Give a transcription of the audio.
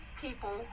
people